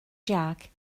jack